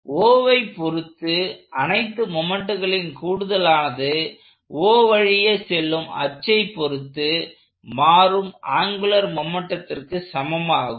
Oவை பொருத்து அனைத்து மொமெண்ட்களின் கூடுதலானது O வழியே செல்லும் அச்சை பொருத்து மாறும் ஆங்குலர் மொமெண்ட்டத்திற்கு சமமாகும்